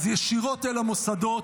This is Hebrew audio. אז ישירות אל המוסדות,